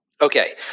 Okay